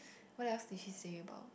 what else did she say about